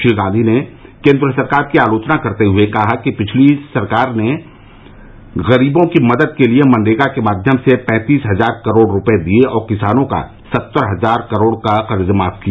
श्री गांधी ने केंद्र सरकार की आलोचना करते हुए कहा कि पिछली कांग्रेस सरकार ने गरीबों की मदद के लिए मनरेगा के माध्यम से पैंतीस हजार करोड़ रुपये दिए और किसानों का सत्तर हजार करोड़ का कर्ज माफ किया